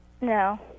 No